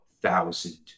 thousand